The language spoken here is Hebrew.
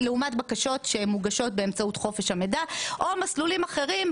לעומת בקשות שמוגשות באמצעות חוק חופש המידע או מסלולים אחרים,